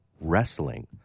Wrestling